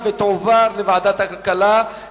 לדיון מוקדם בוועדה שתקבע ועדת הכנסת נתקבלה.